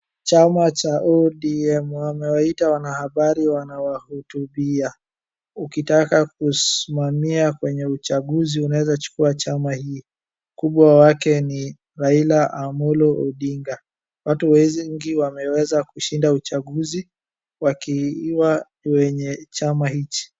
Chama cha ODM wamewaita wanahabari wanawahutubia. Ukitaka kusimamia kwenye uchaguzi unaweza chukua chama hii. Kubwa wake ni Raila Amolo Odinga. Watu wengi wameweza kushinda uchaguzi wakiwa wenye chama hichi.